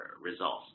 results